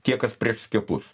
tie kas prieš skiepus